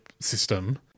system